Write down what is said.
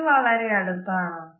ഇത് വളരെ അടുത്താണോ